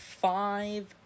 five